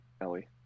Ellie